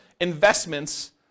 investments